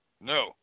No